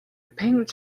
pink